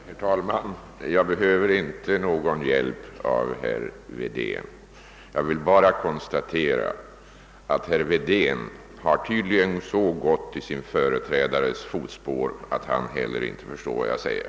Herr talman! Jag behöver inte någon hjälp av herr Wedén. Jag vill bara konstatera att herr Wedén tydligen så gått i sin företrädares fotspår, att inte heller han förstår vad jag säger.